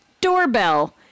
Doorbell